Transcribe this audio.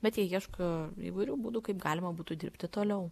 bet jie ieško įvairių būdų kaip galima būtų dirbti toliau